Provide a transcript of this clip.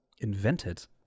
invented